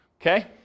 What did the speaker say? okay